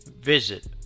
visit